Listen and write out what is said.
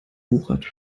wuchert